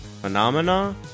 Phenomena